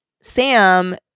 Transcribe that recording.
sam